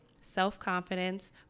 self-confidence